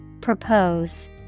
Propose